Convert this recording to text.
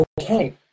okay